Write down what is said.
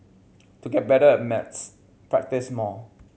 to get better at maths practise more